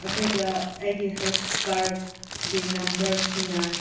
ꯑꯗꯨꯒ ꯑꯩꯒꯤ ꯍꯦꯜ ꯀꯥꯔꯠꯀꯤ ꯅꯝꯕꯔꯁꯤꯅ